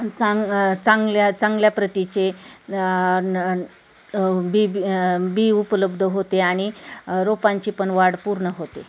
चांग चांगल्या चांगल्या प्रतीचे न बी बी बी उपलब्ध होते आणि रोपांची पण वाढ पूर्ण होते